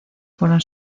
fueron